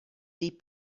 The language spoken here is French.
des